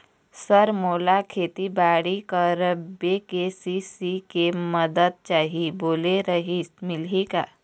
Sir मोला खेतीबाड़ी करेबर के.सी.सी के मंदत चाही बोले रीहिस मिलही का?